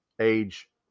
age